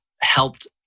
helped